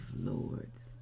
Lords